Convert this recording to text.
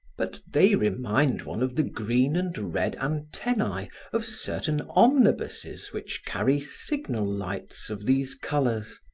but they remind one of the green and red antennae of certain omnibuses which carry signal lights of these colors.